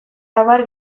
abar